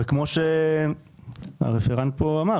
וכמו שהרפרנט פה אמר